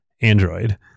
Android